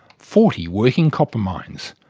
forty working copper mines,